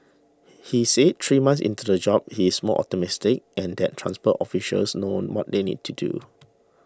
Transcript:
he said three months into the job he is more optimistic and that transport officials known what they need to do